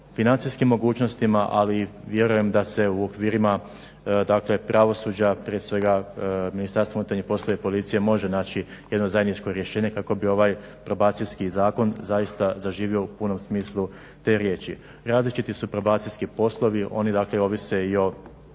financijskim mogućnostima. Ali vjerujem da se u okvirima, dakle pravosuđa prije svega Ministarstva unutarnjih poslova i policije može naći jedno zajedničko rješenje kako bi ovaj Probacijski zakon zaista zaživio u punom smislu te riječi. Različiti su probacijski poslovi. Oni dakle ovise i o